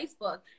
Facebook